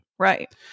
Right